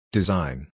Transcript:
Design